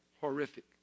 horrific